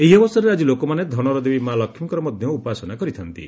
ଏହି ଅବସରରେ ଆକି ଲୋକମାନେ ଧନର ଦେବୀ ମା' ଲକ୍ଷ୍ମୀଙ୍କର ମଧ୍ୟ ଉପାସନା କରିଥା'ନ୍ତି